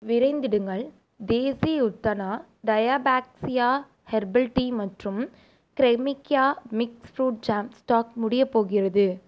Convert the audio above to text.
விரைந்திடுங்கள் தேசி உத்தனா டயாபாக்ஸ்யா ஹெர்பல் டீ மற்றும் க்ரெமிக்யா மிக்ஸ் ஃப்ரூட் ஜாம் ஸ்டாக் முடியப் போகிறது